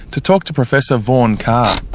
to talk to professor vaughan carr.